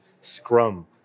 Scrum